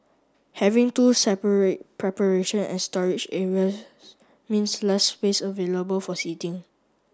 having two separate preparation and storage areas means less space available for seating